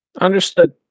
Understood